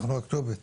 אנחנו הכתובת,